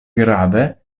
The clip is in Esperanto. grave